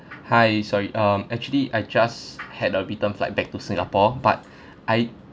hi sorry um actually I just had a return flight back to singapore but I